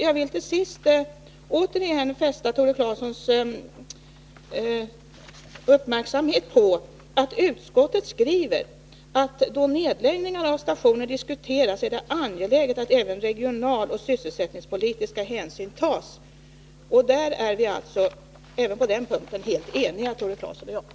Jag vill återigen fästa Tore Claesons uppmärksamhet på att utskottet skriver, att då nedläggningar av stationer diskuteras är det angeläget att även regionaloch sysselsättningspolitiska hänsyn tas. Även på den punkten är vi således helt eniga, Tore Claeson och jag.